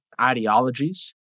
ideologies